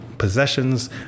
possessions